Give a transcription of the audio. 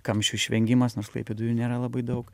kamščių išvengimas nors klaipėdoj jų nėra labai daug